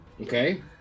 Okay